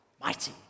mighty